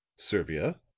servia,